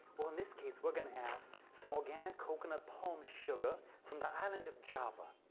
well, in this case we're going to add some organic coconut palm sugar from the island of java.